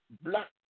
Black